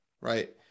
right